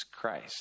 Christ